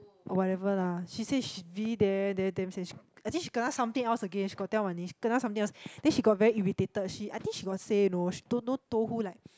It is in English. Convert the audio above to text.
whatever lah she say she really damn damn damn sian I think she kena something else again she got tell Wan-Ning she kena something else then she got very irritated she I think she got say you know she don't know told who like